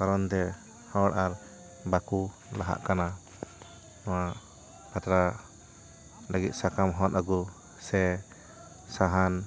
ᱠᱟᱨᱚᱱ ᱛᱮᱦᱚᱲ ᱟᱨ ᱵᱟ ᱠᱩ ᱞᱟᱦᱟᱜ ᱠᱟᱱᱟ ᱯᱟᱛᱲᱟ ᱞᱟᱹᱜᱤᱫ ᱥᱟᱠᱟᱢ ᱦᱚᱫᱽ ᱟ ᱜᱩ ᱥᱮ ᱥᱟᱦᱟᱱ